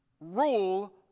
rule